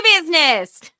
business